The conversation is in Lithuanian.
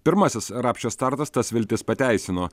pirmasis rapšio startas tas viltis pateisino